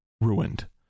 ruined